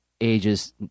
ages